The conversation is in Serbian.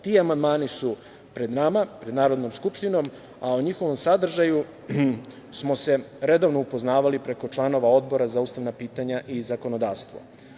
Ti amandmani su pred nama, pred Narodnom skupštinom, a o njihovom sadržaju smo se redovno upoznavali preko članova Odbora za ustavna pitanja i zakonodavstvo.